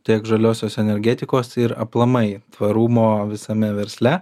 tiek žaliosios energetikos ir aplamai tvarumo visame versle